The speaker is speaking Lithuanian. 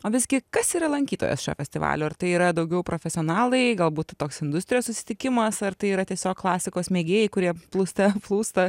o visgi kas yra lankytojas šio festivalio ar tai yra daugiau profesionalai galbūt toks industrijos susitikimas ar tai yra tiesiog klasikos mėgėjai kurie plūste plūsta